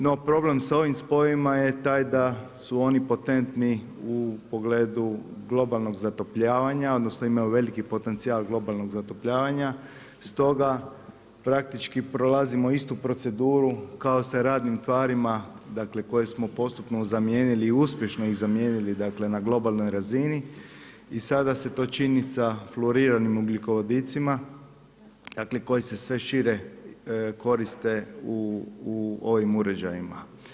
No problem sa ovim spojevima je taj da su oni potentni u pogledu globalnog zatopljivanja, odnosno imaju veliki potencijal globalnog zatopljivanja, stoga praktički prolazimo istu proceduru kao sa radnim tvarima dakle koje smo postupno zamijenili i uspješno iz zamijenili na globalnoj razini i sada se to čini sa fluriranim ugljikovodicima koji se sve šire koriste u ovim uređajima.